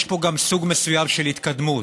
יש פה גם סוג מסוים של התקדמות,